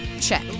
check